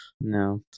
No